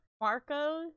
Marco